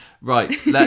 Right